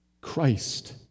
Christ